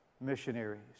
missionaries